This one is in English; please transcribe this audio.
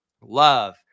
Love